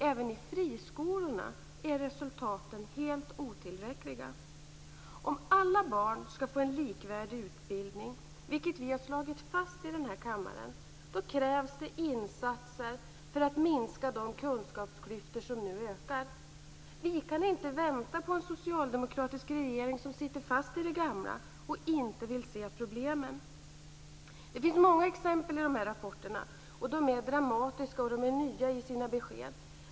Även i friskolorna är resultaten helt otillräckliga. Om alla barn ska få en likvärdig utbildning, vilket vi har slagit fast i den här kammaren, krävs det insatser för att minska de kunskapsklyftor som nu ökar. Vi kan inte vänta på en socialdemokratisk regering som sitter fast i det gamla och inte vill se problemen. Det finns många exempel i de här rapporterna, och de är dramatiska och nya i sina besked.